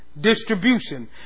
Distribution